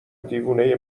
دیوونه